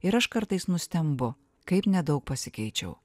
ir aš kartais nustembu kaip nedaug pasikeičiau